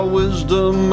wisdom